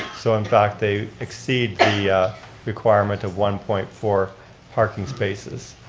so in fact, they exceed the requirement of one point four parking spaces.